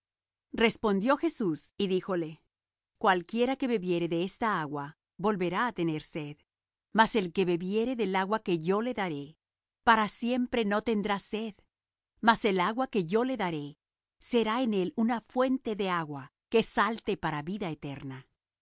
respondió jesús y díjole cualquiera que bebiere de esta agua volverá á tener sed mas el que bebiere del agua que yo le daré para siempre no tendrá sed mas el agua que yo le daré será en él una fuente de agua que salte para vida eterna